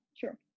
sure